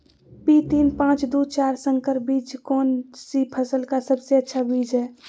P तीन पांच दू चार संकर बीज कौन सी फसल का सबसे अच्छी बीज है?